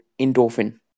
endorphin